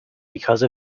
because